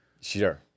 Sure